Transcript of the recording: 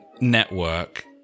Network